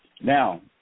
Now